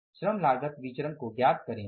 तो आईये श्रम लागत विचरण ज्ञात करे